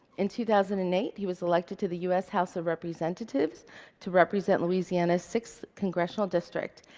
in two thousand and eight, he was elected to the u s. house of representatives to represent louisiana's sixth congressional district.